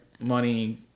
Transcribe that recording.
money